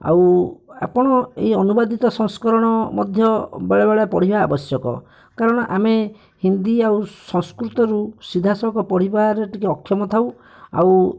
ଆଉ ଆପଣ ଏଇ ଅନୁବାଦିତ ସଂସ୍କରଣ ମଧ୍ୟ ବେଳେବେଳେ ପଢ଼ିବା ଆବଶ୍ୟକ କାରଣ ଆମେ ହିନ୍ଦୀ ଆଉ ସଂସ୍କୃତରୁ ସିଧାସଳଖ ପଢ଼ିବାରେ ଟିକିଏ ଅକ୍ଷମ ଥାଉ ଆଉ